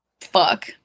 Fuck